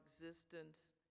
existence